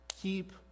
Keep